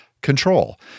control